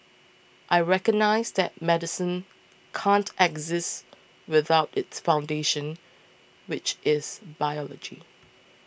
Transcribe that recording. I recognise that medicine can't exist without its foundations which is biology